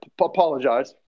apologize